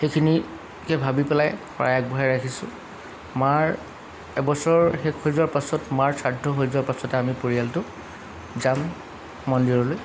সেইখিনিকে ভাবি পেলাই শৰাই আগবঢ়াই ৰাখিছোঁ মাৰ এবছৰ শেষ হৈ যোৱাৰ পাছত মাৰ শ্ৰাদ্ধ হৈ যোৱাৰ পাছতে আমি পৰিয়ালটো যাম মন্দিৰলৈ